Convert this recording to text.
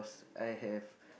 I have